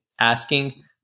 asking